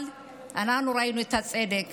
אנחנו ראינו את הצדק.